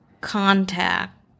contact